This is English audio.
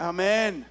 Amen